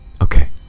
Okay